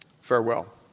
Farewell